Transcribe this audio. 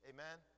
Amen